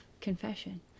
Confession